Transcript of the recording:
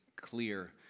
clear